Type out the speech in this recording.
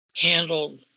handled